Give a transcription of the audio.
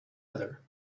other